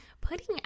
putting